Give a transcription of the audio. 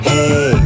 Hey